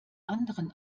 anderen